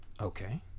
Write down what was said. Okay